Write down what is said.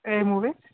A movie